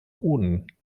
hoden